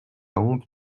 hampe